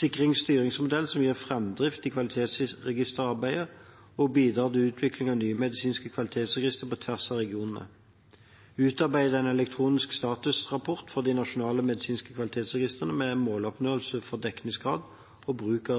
sikre en styringsmodell som gir framdrift i kvalitetsregisterarbeidet, og bidrar til utvikling av nye medisinske kvalitetsregistre på tvers av regionene utarbeide en elektronisk statusrapport for de nasjonale medisinske kvalitetsregistrene med måloppnåelse for dekningsgrad og bruk